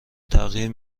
تغییر